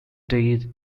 day